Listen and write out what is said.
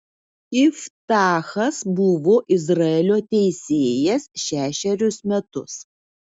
iftachas buvo izraelio teisėjas šešerius metus